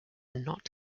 not